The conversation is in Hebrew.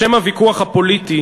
בשם הוויכוח הפוליטי